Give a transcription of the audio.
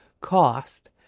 cost